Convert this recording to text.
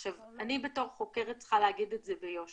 עכשיו, אני בתור חוקרת צריכה להגיד את זה ביושר.